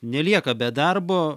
nelieka be darbo